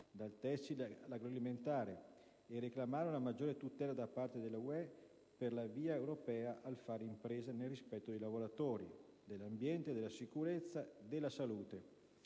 dal tessile all'agroalimentare, e reclamare una maggiore tutela da parte dell'UE per la via europea al «fare impresa» nel rispetto dei lavoratori, dell'ambiente, della sicurezza, della salute,